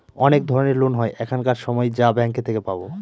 অনেক ধরনের লোন হয় এখানকার সময় যা ব্যাঙ্কে থেকে পাবো